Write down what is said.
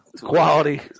quality